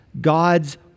God's